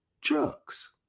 drugs